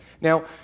Now